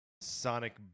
Sonic